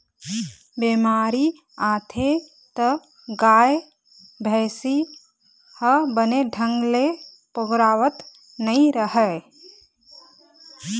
बेमारी आथे त गाय, भइसी ह बने ढंग ले पोगरावत नइ रहय